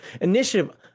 initiative